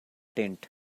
tent